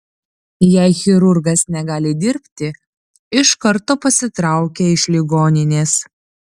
jei chirurgas negali dirbti iš karto pasitraukia iš ligoninės